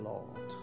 Lord